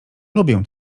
lubię